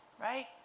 right